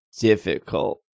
difficult